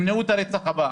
תמנעו את הרצח הבא.